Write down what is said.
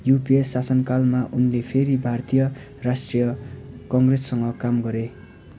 UPA शासनकालमा उनले फेरि भारतीय राष्ट्रिय कङ्ग्रेससँग काम गरे